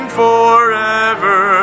forever